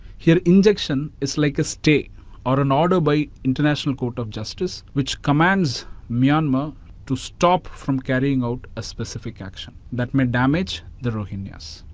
here, injunction is like a stay or an order by international court of justice which commands myanmar to stop from carrying out a specific action that may damage the rohingyas.